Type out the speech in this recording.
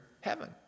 heaven